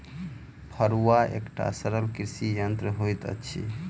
फड़ुआ एकटा सरल कृषि यंत्र होइत अछि